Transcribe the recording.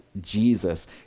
Jesus